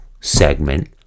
segment